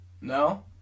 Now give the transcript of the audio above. No